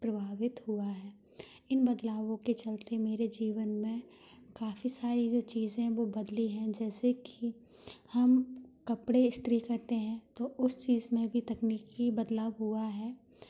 प्रभावित हुआ है इन बदलावों के चलते मेरे जीवन में काफ़ी सारी जो चीज़े वो बदली है जैसे की हम कपड़े इस्त्री करते है तो उस चीज में भी तकनीकी बदलाव हुआ है